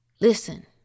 Listen